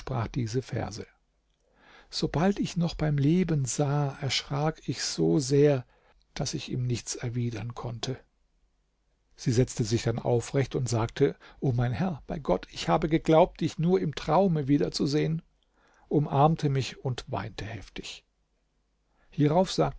sprach diese verse sobald ich ihn noch beim leben sah erschrak ich so sehr daß ich ihm nichts erwidern konnte sie setzte sich dann aufrecht und sagte o mein herr bei gott ich habe geglaubt dich nur im traume wieder zu sehen umarmte mich und weinte heftig hierauf sagte